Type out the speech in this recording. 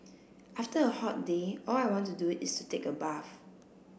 after a hot day all I want to do is take a bath